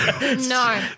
No